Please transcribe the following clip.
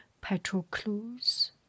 Patroclus